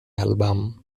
album